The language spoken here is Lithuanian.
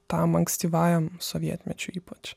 tam ankstyvajam sovietmečiui ypač